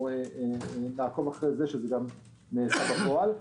נעקוב אחרי זה, שזה נעשה בפועל.